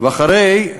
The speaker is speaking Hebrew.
ואחרי,